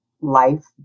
life